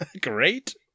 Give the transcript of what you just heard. Great